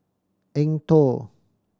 Eng Tow